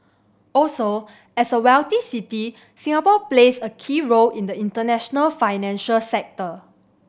also as a wealthy city Singapore plays a key role in the international financial sector